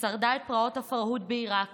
ששרדה בפרעות הפרהוד בעיראק